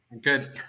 good